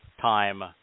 time